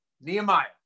Nehemiah